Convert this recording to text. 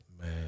Man